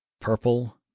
purple